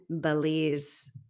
Belize